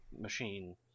machine